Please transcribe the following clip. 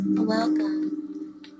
Welcome